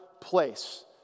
place